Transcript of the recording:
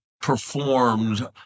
performed